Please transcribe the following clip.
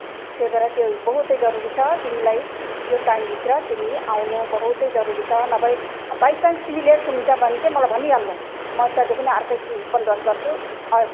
त्यही भएर त्यो बहुतै जरुरी छ तिमीलाई यो टाइमभित्र तिमी आउनु बहुतै जरुरी छ नभए बाइचान्स तिमी लेट छ हुन्छ भने चाहिँ मलाई भनिहाल्नु म त्यहाँदेखि अर्कै बन्दोबस्त गर्छु